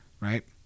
Right